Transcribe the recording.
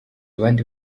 abandi